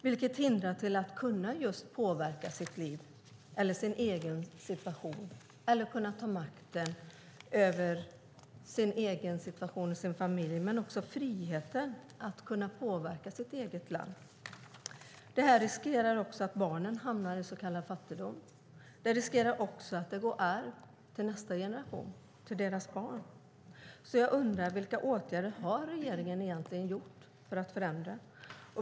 Det hindrar kvinnan att kunna påverka sitt liv och sin situation och att ta makten över sig själv och sin familj, och det minskar kvinnans frihet. Även barnen riskerar att hamna i fattigdom, och risken finns också att det går i arv till nästa generation, till barnen. Vilka åtgärder har regeringen vidtagit för att förändra?